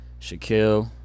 shaquille